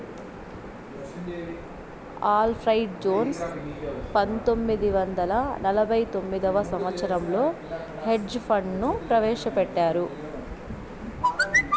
Alfred Jones పంతొమ్మిది వందల నలభై తొమ్మిదవ సంవచ్చరంలో హెడ్జ్ ఫండ్ ను ప్రవేశపెట్టారు